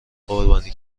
قربانی